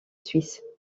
suisse